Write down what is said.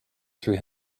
three